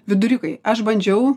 viduriukai aš bandžiau